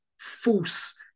false